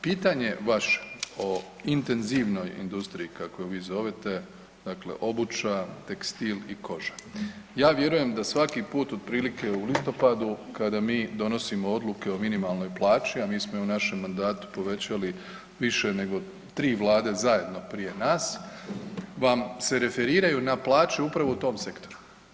Pitanje vaše o intenzivnoj industriji, kako je vi zovete, dakle obuća, tekstil i koža, ja vjerujem da svaki put otprilike u listopadu kada mi donosimo odluke o minimalnoj plaći, a mi smo je u našem mandatu povećali više nego 3 vlade zajedno prije nas, vam se referiraju na plaće upravo u tom sektoru.